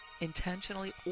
intentionally